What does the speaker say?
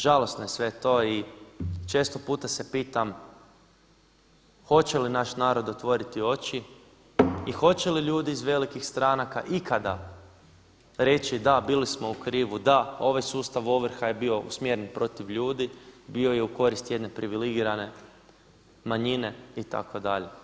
Žalosno je sve to i često puta se pitam hoće li naš narod otvoriti oči i hoće li ljudi iz velikih stranaka ikada reći da, bili smo u krivu, da ovaj sustav ovrha je bio usmjeren protiv ljudi, bio je u korist jedne privilegirane manjine itd.